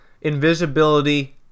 invisibility